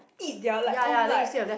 eat their own like